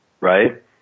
right